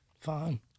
fine